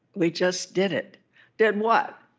we just did it did what?